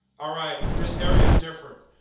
alright, this area's different.